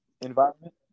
environment